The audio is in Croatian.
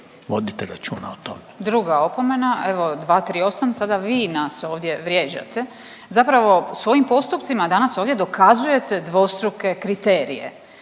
Marijana (Centar)** Druga opomena. Evo 238. sada vi nas ovdje vrijeđate, zapravo svojim postupcima danas ovdje dokazujete dvostruke kriterije.